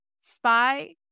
spy